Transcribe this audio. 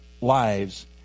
lives